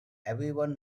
everyone